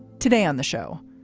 today on the show,